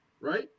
right